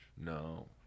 No